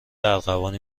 ارغوانی